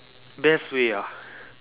best way ah